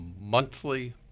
monthly